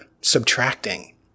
subtracting